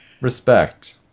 Respect